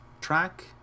track